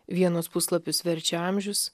vienus puslapius verčia amžius